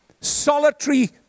solitary